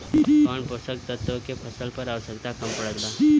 कौन पोषक तत्व के फसल पर आवशयक्ता कम पड़ता?